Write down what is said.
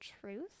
Truth